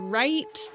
right